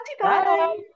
Bye